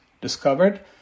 discovered